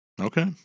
Okay